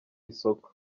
isoko